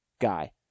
guy